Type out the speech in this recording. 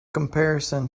comparison